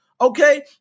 Okay